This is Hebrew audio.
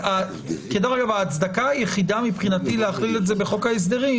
צריך להציג פה ההצדקה היחידה מבחינתי להכליל את זה בחוק ההסדרים